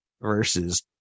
versus